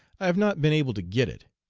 i have not been able to get it.